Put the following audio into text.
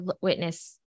witness